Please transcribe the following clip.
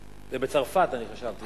זה בצרפת אני חשבתי.